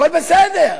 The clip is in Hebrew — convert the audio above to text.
הכול בסדר.